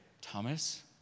Thomas